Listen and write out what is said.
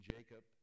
Jacob